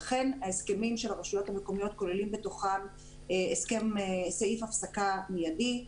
אכן ההסכמים של הרשויות המקומיות כוללים בתוכם סעיף הפסקה מיידי.